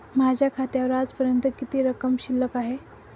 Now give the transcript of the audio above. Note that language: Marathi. माझ्या खात्यावर आजपर्यंत किती रक्कम शिल्लक आहे?